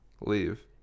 Leave